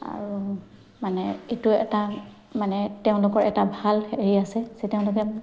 আৰু মানে এইটো এটা মানে তেওঁলোকৰ এটা ভাল হেৰি আছে তেওঁলোকে